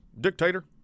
dictator